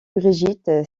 brigitte